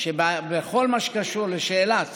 שבכל מה שקשור לשאלת